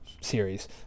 series